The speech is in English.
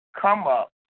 come-up